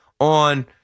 on